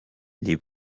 les